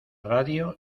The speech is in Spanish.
radio